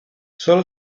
solo